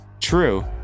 true